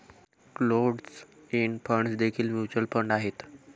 closed end funds देखील mutual fund आहेत